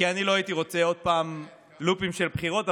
כי אני לא הייתי רוצה עוד פעם לופים של בחירות,